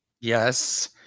yes